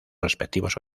respectivos